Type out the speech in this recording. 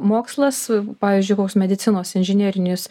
mokslas pavyzdžiui koks medicinos inžinerinius